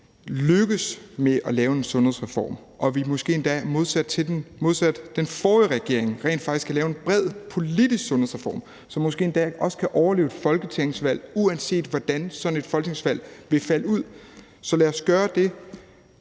lykkes med at lave en sundhedsreform, og at vi måske endda modsat den tidligere regering rent faktisk kan lave en bred politisk sundhedsreform, som måske endda også kan overleve et folketingsvalg, uanset hvordan sådan et folketingsvalg vil falde ud. Så lad os gøre det,